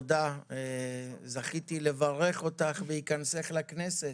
זכיתי לברך אותך בהיכנסך לכנסת